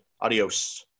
Adios